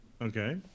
okay